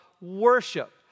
worship